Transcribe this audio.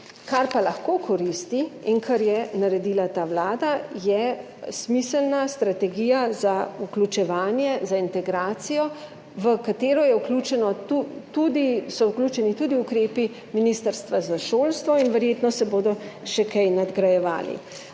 Kar pa lahko koristi in kar je naredila ta vlada, je smiselna strategija za vključevanje, za integracijo, v katero so vključeni tudi ukrepi Ministrstva za šolstvo in verjetno se bodo še kaj nadgrajevali.